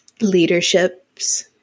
leaderships